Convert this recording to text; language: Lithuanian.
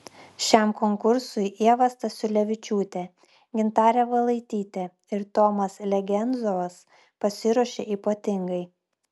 šiam konkursui ieva stasiulevičiūtė gintarė valaitytė ir tomas legenzovas pasiruošė ypatingai